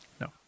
no